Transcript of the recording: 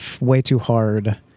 way-too-hard